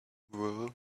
will